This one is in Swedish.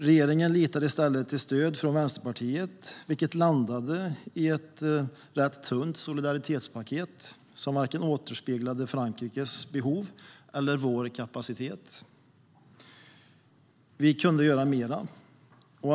Regeringen litade i stället till stöd från Vänsterpartiet, vilket landade i ett rätt tunt solidaritetspaket som varken återspeglade Frankrikes behov eller vår kapacitet. Vi skulle kunna göra mer.